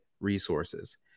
resources